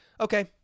okay